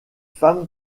femmes